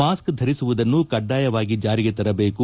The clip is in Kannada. ಮಾಸ್ಕ್ ಧರಿಸುವುದನ್ನು ಕಡ್ಡಾಯವಾಗಿ ಜಾರಿಗೆ ತರಬೇಕು